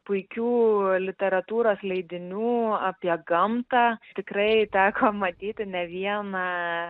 puikių literatūros leidinių apie gamtą tikrai teko matyti ne vieną